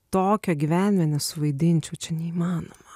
tokio gyvenime nesuvaidinčiau čia neįmanoma